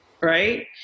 right